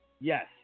yes